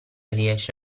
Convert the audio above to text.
riesce